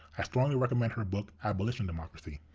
i strongly recommend her book abolition democracy.